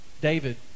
David